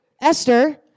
Esther